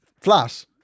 flat